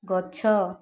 ଗଛ